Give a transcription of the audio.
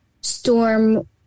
storm